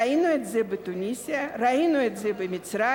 ראינו את זה בתוניסיה, ראינו את זה במצרים,